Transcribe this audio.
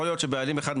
יכול להיות שבעלים אחד,